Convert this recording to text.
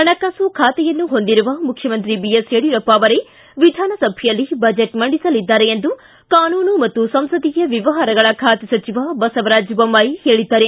ಹಣಕಾಸು ಖಾತೆಯನ್ನು ಹೊಂದಿರುವ ಮುಖ್ಯಮಂತ್ರಿ ಬಿಎಸ್ ಯಡಿಯೂರಪ್ಪ ಅವರೇ ವಿಧಾನಸಭೆಯಲ್ಲಿ ಬಜೆಟ್ ಮಂಡಿಸಲಿದ್ದಾರೆ ಎಂದು ಕಾನೂನು ಮತ್ತು ಸಂಸದೀಯ ವ್ಯವಹಾರಗಳ ಖಾತೆ ಸಚಿವ ಬಸವರಾಜ್ ಬೊಮ್ಮಾಯಿ ಹೇಳದ್ದಾರೆ